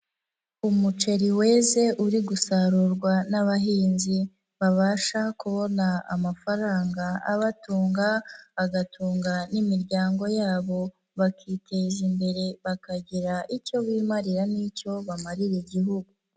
Umuceri weze uri gusarurwa n'abahinzi, babasha kubona amafaranga abatunga, bagatunga n'imiryango yabo, bakiteza imbere bakagira icyo bimarira n'icyo bamarira Igihugu.